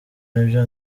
nibyo